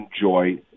enjoy